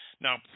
Now